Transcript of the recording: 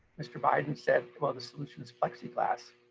mr. biden said, well the solution is plexiglas.